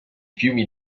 fiumi